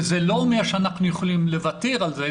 וזה לא אומר שאנחנו יכולים לוותר על זה,